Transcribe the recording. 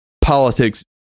politics